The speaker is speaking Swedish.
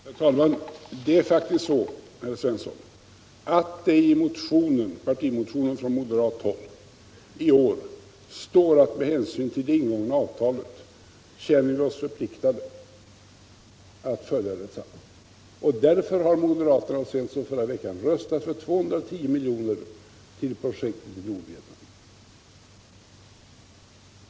Herr talman! Det är faktiskt så, herr Svensson, att det i motionen från moderat håll i år står att vi med hänsyn till det ingångna avtalet känner oss förpliktade att följa detsamma. Därför har moderaterna förra veckan röstat för 210 milj.kr. till projektet i Nordvietnam.